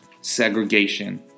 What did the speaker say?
SEGREGATION